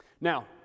Now